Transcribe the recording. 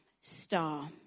Star